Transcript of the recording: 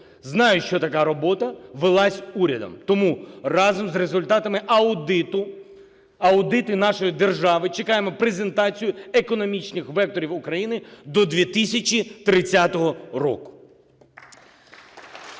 Знаю, що така робота велась урядом. Тому разом з результатами аудиту, аудиту нашої держави, чекаємо презентацію економічних векторів України до 2030 року.